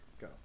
go